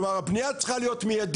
כלומר, הפניה צריכה להיות מיידית,